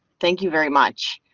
thank you very much.